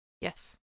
Yes